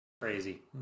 Crazy